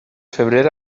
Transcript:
febrer